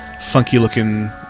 Funky-looking